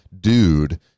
dude